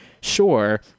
Sure